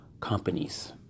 companies